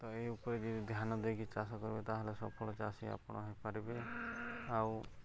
ତ ଏ ଉପରେ ଯଦି ଧ୍ୟାନ ଦେଇକି ଚାଷ କରିବେ ତା'ହେଲେ ସଫଳ ଚାଷୀ ଆପଣ ହେଇପାରିବେ ଆଉ